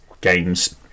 games